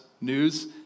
news